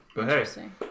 Interesting